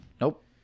Nope